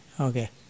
okay